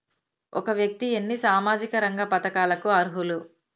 ఒక వ్యక్తి ఎన్ని సామాజిక రంగ పథకాలకు అర్హులు?